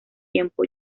tiempo